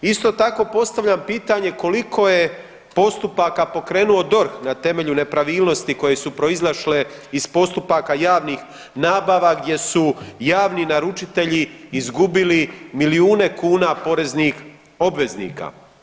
Isto tako, postavljam pitanje koliko je postupaka pokrenuo DORH na temelju nepravilnosti koje su proizašle iz postupaka javnih nabava gdje su javni naručitelji izgubili milijune kuna poreznih obveznika?